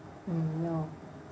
mm no